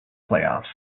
playoffs